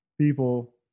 people